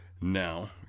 now